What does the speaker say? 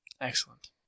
Excellent